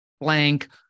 blank